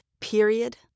Period